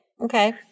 Okay